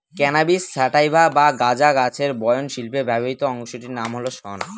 cannabis sativa বা গাঁজা গাছের বয়ন শিল্পে ব্যবহৃত অংশটির নাম হল শন